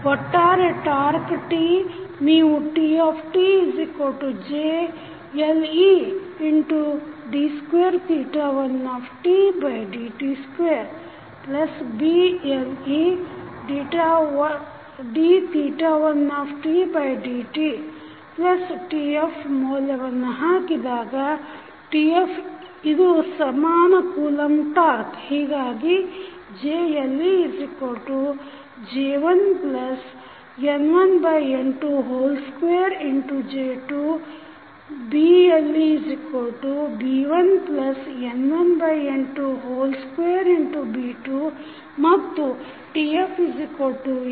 ಒಟ್ಟಾರೆ torque T ನೀವು TtJ1ed21tdt2B1ed1tdtTF ಮೌಲ್ಯವನ್ನು ಹಾಕಿದಾಗ TF ಇದು ಸಮಾನ ಕೂಲಂಬ್ ಟಾಕ್೯